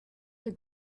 the